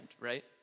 right